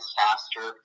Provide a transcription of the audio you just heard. faster